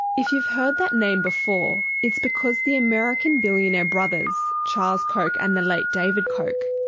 if you've heard that name before, it's because the american billionaire brothers charles koch and the late david koch.